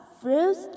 fruits